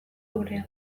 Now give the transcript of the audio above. gurea